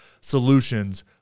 solutions